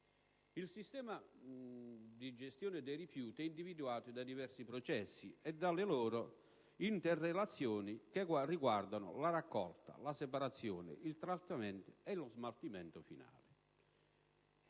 Il sistema di gestione dei rifiuti è individuato da diversi processi e dalle loro interrelazioni che riguardano la raccolta, la separazione, il trattamento e lo smaltimento finale.